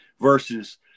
versus